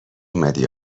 اومدی